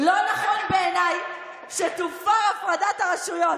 "לא נכון בעיניי שתופר הפרדת הרשויות,